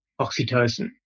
oxytocin